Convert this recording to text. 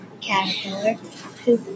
caterpillar